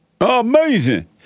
Amazing